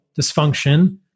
dysfunction